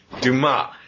Dumas